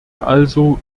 also